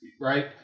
right